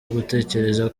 ugutekereza